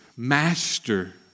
Master